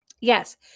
Yes